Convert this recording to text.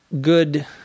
good